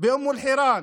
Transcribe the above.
באום אל-חיראן